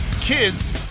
kids